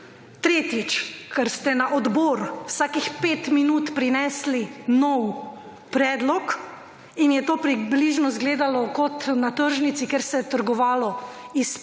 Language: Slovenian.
Četrtič, ker ste na odbor vsakih 5 minut prinesli novi predlog in je to približno izgledalo kot na tržnici, kjer se je trgovalo iz